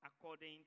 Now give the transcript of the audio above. according